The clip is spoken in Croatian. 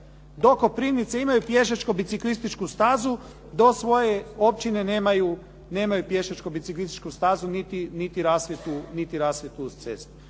Do Koprivnice imaju pješačko-biciklističku stazu, do svoje općine nemaju pješačko-biciklističku stazu niti rasvjetu uz cestu.